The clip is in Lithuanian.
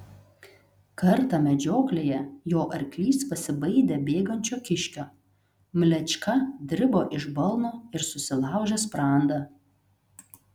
kartą medžioklėje jo arklys pasibaidė bėgančio kiškio mlečka dribo iš balno ir susilaužė sprandą